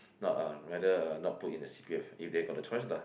not uh rather uh not put in the C_P_F if they got a choice lah